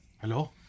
Hello